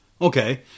okay